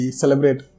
celebrate